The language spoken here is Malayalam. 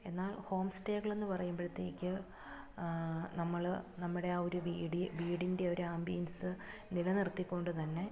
എന്നാൽ ഹോം സ്റ്റേകളെന്ന് പറയുമ്പോഴത്തേക്ക് നമ്മൾ നമ്മുടെ ആ ഒരു വീട് വീടിൻ്റെ ഒരു ആമ്പിയൻസ് നിലനിർത്തിക്കൊണ്ടുതന്നെ